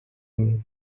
and